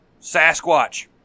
Sasquatch